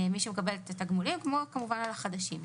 כמו כמובן על החדשים.